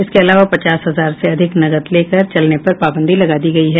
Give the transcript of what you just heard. इसके अलावा पचास हजार से अधिक नकद लेकर चलने पर पाबंदी लगा दी गई है